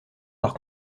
par